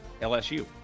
LSU